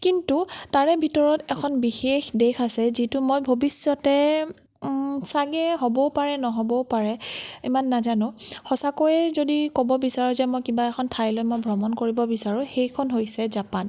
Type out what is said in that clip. কিন্তু তাৰে ভিতৰত এখন বিশেষ দেশ আছে যিটো মই ভৱিষ্যতে চাগৈ হ'বও পাৰে নহ'বও পাৰে ইমান নাজানো সঁচাকৈয়ে যদি ক'ব বিচাৰোঁ যে মই কিবা এখন ঠাইলৈ মই ভ্ৰমণ কৰিব বিচাৰোঁ সেইখন হৈছে জাপান